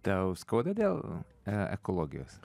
tau skauda dėl e ekologijos